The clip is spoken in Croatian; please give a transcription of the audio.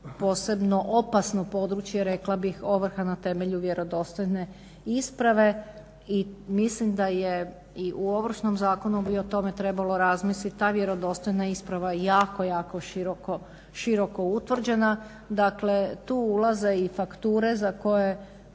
posebno opasno područje rekla bih ovrha ne temelju vjerodostojne isprave i mislim da i u Ovršnom zakonu bi o tome trebalo razmislit, ta vjerodostojna isprava je jako, jako široko utvrđena. Dakle tu ulaze i fakture za koje